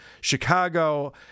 Chicago